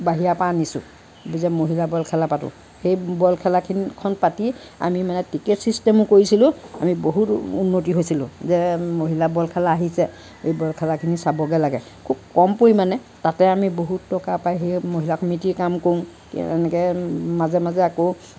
বাহিৰৰ পৰা আনিছোঁ যে মহিলাৰ বল খেলা পাতোঁ সেই বল খেলাখিনি খন পাতি আমি মানে টিকেট চিষ্টেমো কৰিছিলোঁ আমি বহুত উন্নতি হৈছিলোঁ যে মহিলা বল খেলা আহিছে এই বল খেলাখিনি চাবগে লাগে খুব কম পৰিমাণে তাতে আমি বহুত টকা পায় সেয়ে মহিলা সমিতিৰ কাম কৰোঁ এতিয়া তেনেকে মাজে মাজে আকৌ